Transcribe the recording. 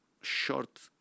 short